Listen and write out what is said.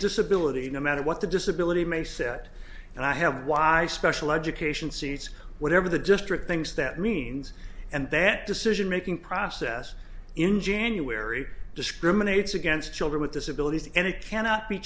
disability no matter what the disability may said and i have why special education seats whatever the district thinks that means and that decision making process in january discriminates against children with disabilities and it cannot be